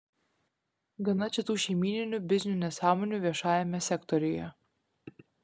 gana čia tų šeimyninių biznių nesąmonių viešajame sektoriuje